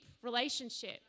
relationship